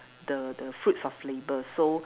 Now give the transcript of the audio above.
the the fruits of labour so